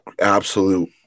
absolute